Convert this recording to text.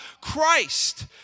Christ